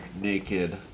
naked